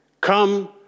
Come